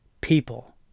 people